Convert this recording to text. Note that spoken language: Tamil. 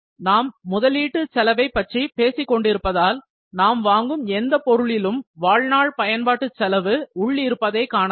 நாம் முதலீட்டு செலவைப் பற்றி பேசிக் கொண்டிருப்பதால் நாம் வாங்கும் எந்த பொருளிலும் வாழ்நாள் பயன்பாட்டு செலவு உள் இருப்பதை காணலாம்